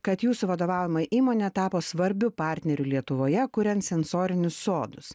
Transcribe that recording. kad jūsų vadovaujama įmonė tapo svarbiu partneriu lietuvoje kuriant sensorinius sodus